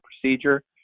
procedure